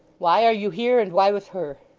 why are you here, and why with her